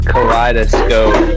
Kaleidoscope